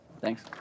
Thanks